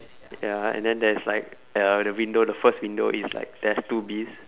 ya and then theres like uh the window the first window is like there's two bees